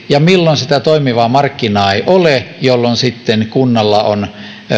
ja milloin sitä toimivaa markkinaa ei ole jolloin kunnalla on sitten